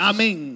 Amen